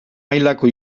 mailako